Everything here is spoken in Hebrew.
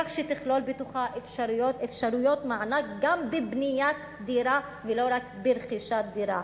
כך שתכלול בתוכה אפשרויות מענק גם בבניית דירה ולא רק ברכישת דירה.